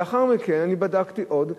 ולאחר מכן אני בדקתי עוד,